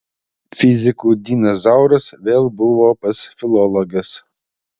fizikų dinas zauras vėl buvo pas filologes